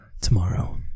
tomorrow